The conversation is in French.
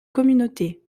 communauté